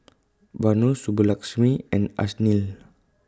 Vanu Subbulakshmi and Ashnil